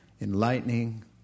enlightening